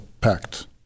Pact